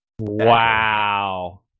wow